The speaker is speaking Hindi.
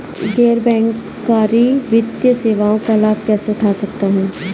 गैर बैंककारी वित्तीय सेवाओं का लाभ कैसे उठा सकता हूँ?